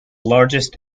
largest